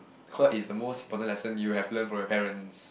what is the most important lesson you have learnt from your parents